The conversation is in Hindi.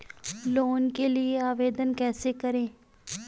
लोन के लिए आवेदन कैसे करें?